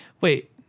Wait